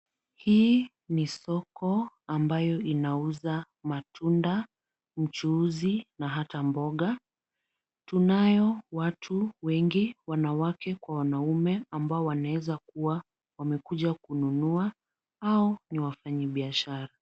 Hii ni soko ambayo inauza matunda, mchuuzi na ata mboga. Tunayo watu wengi wanawake kwa wanaume ambao wanaweza kuwa wamekuja kununua au ni wafanyibiashara.